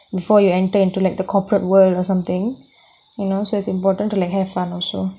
before you enter into like the corporate world or something you know so it's important to like have fun also